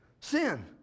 Sin